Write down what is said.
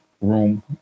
room